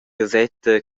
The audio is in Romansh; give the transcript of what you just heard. gasetta